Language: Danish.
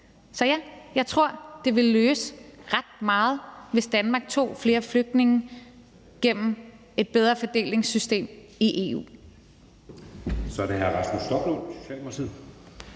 Så ja, jeg tror, at det ville løse ret meget, hvis Danmark tog flere flygtninge gennem et bedre fordelingssystem i EU.